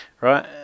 right